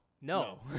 No